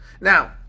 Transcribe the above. Now